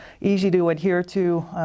easy-to-adhere-to